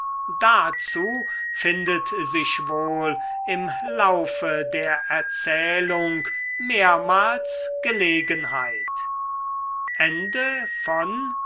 dazu findet sich wohl im laufe der erzählung mehrmals gelegenheit